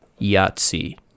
Yahtzee